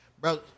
bro